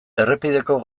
errepideko